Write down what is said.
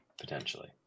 potentially